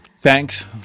Thanks